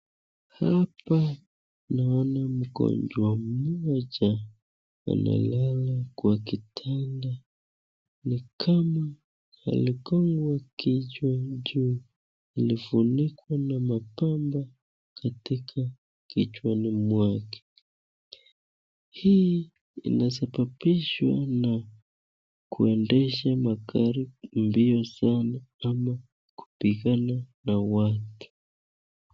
Hapa naona mgonjwa mmoja analala kwa kitanda ni kama aligongwa kichwa juu imefunikwa na mapamba katika kichwani mwake. Hii inasababishwa na kuendesha magari mbio sana ama kupigana na watu.